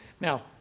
Now